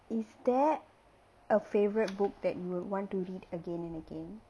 is there a favourite book that you would want to read again and again